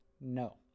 No